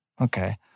Okay